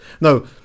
No